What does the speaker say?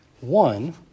One